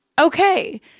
Okay